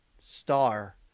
star